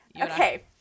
Okay